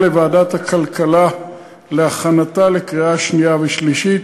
לוועדת הכלכלה להכנתה לקריאה שנייה ושלישית.